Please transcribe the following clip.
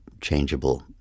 changeable